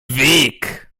weg